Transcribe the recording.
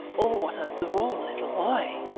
oh, what a droll little boy!